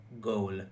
goal